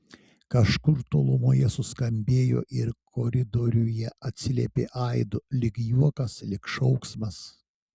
kažkur tolumoje suskambėjo ir koridoriuje atsiliepė aidu lyg juokas lyg šauksmas